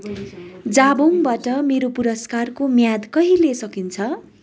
जाबोङबाट मेरो पुरस्कारको म्याद कहिले सकिन्छ